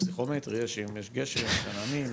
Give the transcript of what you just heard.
בפסיכומטרי יש 'אם יש גשם יש עננים',